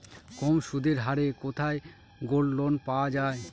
কম সুদের হারে কোথায় গোল্ডলোন পাওয়া য়ায়?